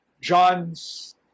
John's